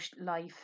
life